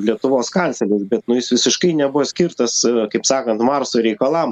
lietuvos kancleris bet nu jis visiškai nebuvo skirtas kaip sakant marso reikalam